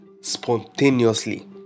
spontaneously